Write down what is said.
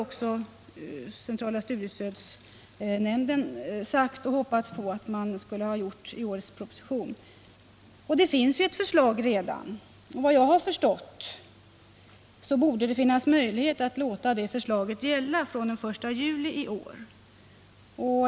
Centrala studiestödsnämnden har också sagt detta och hoppats på att man skulle göra någonting i årets budgetproposition. Det finns redan ett förslag. Vad jag förstått borde det finnas möjligheter att låta det förslaget gälla från den 1 juli i år.